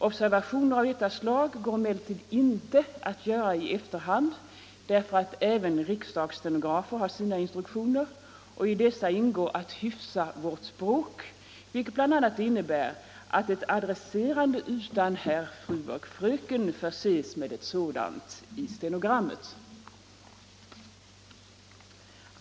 Observationer av detta slag går emellertid inte att göra i efterhand, eftersom även riksdagsstenograferna har sina instruktioner och i dessa ingår att hyfsa vårt språk, vilket bl.a. innebär att ett adresserande utan herr, fru och fröken förses med resp. titlar vid utredigeringen av stenogrammet.